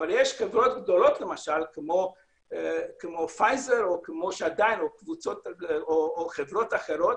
אבל יש חברות גדולות, למשל פייזר או חברות אחרות,